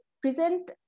present